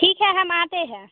ठीक है हम आते हैं